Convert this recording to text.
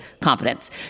confidence